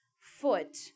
foot